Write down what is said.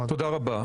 תודה רבה.